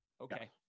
okay